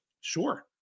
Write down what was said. sure